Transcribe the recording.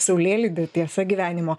saulėlydį tiesa gyvenimo